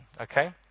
Okay